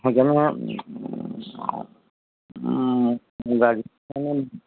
সেইকাৰণে মানে গাৰজেনে